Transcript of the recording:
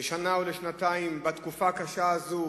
לשנה או לשנתיים בתקופה הקשה הזו